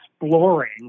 exploring